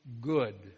good